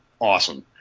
awesome